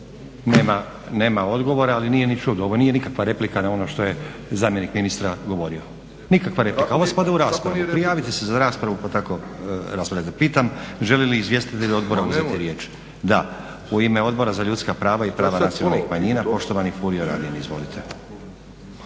Nema odgovora, ali nije ni čudo. Ovo nije nikakva replika na ono što je zamjenik ministra govorio, nikakva replika. Ovo spada u raspravu. Prijavite se za raspravu, pa tako raspravljajte. Pitam žele li izvjestitelji Odbora uzeti riječ? Da. U ime Odbora za ljudska prava i prava nacionalnih manjina poštovani Furio Radin. Izvolite.